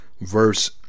verse